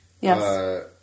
Yes